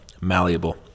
Malleable